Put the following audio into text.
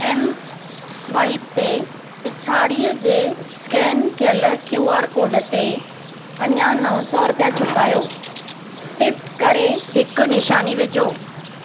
M swipe ते पिछाड़ीअ जे स्कैन कयल क्यू आर कोड ते अञा नौ सौ रुपिया चुकायो टिप करे हिकु निशानी विझो